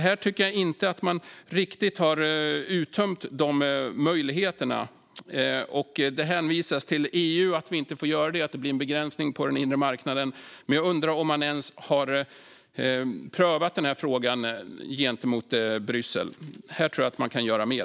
Här tycker jag inte att man riktigt har uttömt de möjligheterna. Det hänvisas till EU som skäl till att vi inte får göra det. Det blir en begränsning på den inre marknaden. Men jag undrar om man ens har prövat den frågan gentemot Bryssel. Här tror jag att man kan göra mer.